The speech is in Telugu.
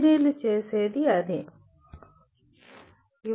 ఇంజనీర్లు చేసేది అదే